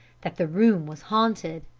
that the room was haunted!